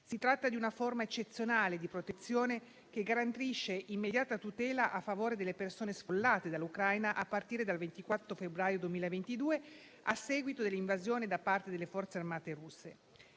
Si tratta di una forma eccezionale di protezione che garantisce immediata tutela a favore delle persone sfollate dall'Ucraina a partire dal 24 febbraio 2022 a seguito dell'invasione da parte delle forze armate russe.